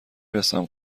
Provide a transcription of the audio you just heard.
رسم